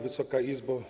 Wysoka Izbo!